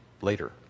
later